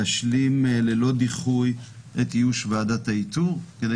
להשלים ללא דיחוי את איוש ועדת האיתור כדי